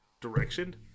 direction